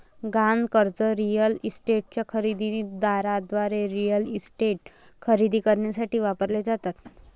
गहाण कर्जे रिअल इस्टेटच्या खरेदी दाराद्वारे रिअल इस्टेट खरेदी करण्यासाठी वापरली जातात